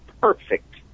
perfect